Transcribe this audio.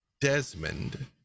desmond